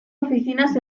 oficinas